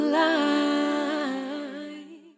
light